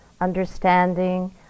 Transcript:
understanding